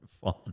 fun